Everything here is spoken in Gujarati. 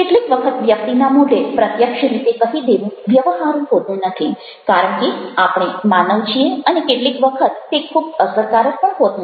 કેટલીક વખત વ્યક્તિના મોઢે પ્રત્યક્ષ રીતે કહી દેવું વ્યવહારું હોતું નથી કારણ કે આપણે માનવ છીએ અને કેટલીક વખત તે ખૂબ અસરકારક પણ હોતું નથી